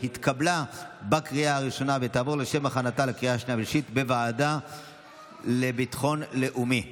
2023, לוועדה לביטחון לאומי נתקבלה.